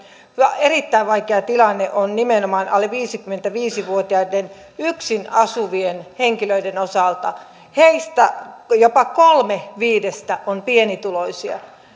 erittäin vaikea tilanne on nimenomaan alle viisikymmentäviisi vuotiaiden yksin asuvien henkilöiden osalta heistä jopa kolme viidestä on pienituloisia